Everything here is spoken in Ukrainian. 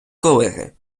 колеги